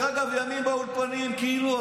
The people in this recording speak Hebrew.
דרך אגב שלושה ימים באולפנים, כאילו.